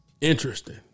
Interesting